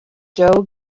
joe